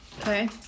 Okay